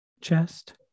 chest